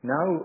Now